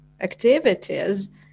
activities